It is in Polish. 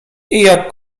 jak